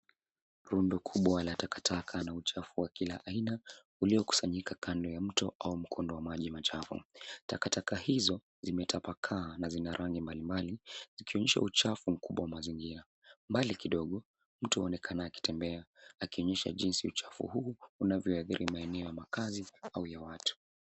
Rundo kubwa la takataka na uchafu wa kila aina uliokusanyika kando ya mto au mkondo wa maji machafu. Takataka hizo zimetapakaa na zina rangi mbalimbali, zikionyesha uchafu mkubwa wa mazingira. Mbali kidogo, mtu aonekana akitembea, akionyesha jinsi uchafu huu unavyoathiri maeneo ya makaazi au ya watu.